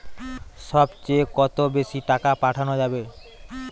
সব চেয়ে কত বেশি টাকা পাঠানো যাবে?